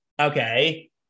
Okay